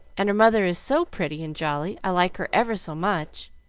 and her mother is so pretty and jolly, i like her ever so much.